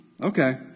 Okay